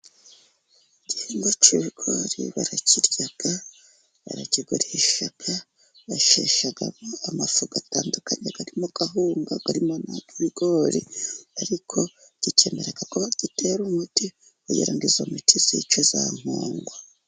Igihingwa cy'ibigori barakirya, barakigurisha, basheshamo amafu atandukanye, harimo kawunga, arimo n'ay'ibigori, ariko gikenera ko bagitera umuti, kugira ngo iyo miti yice za nkongwa.